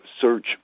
search